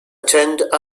attend